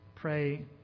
Pray